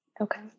okay